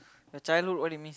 you childhood what you mean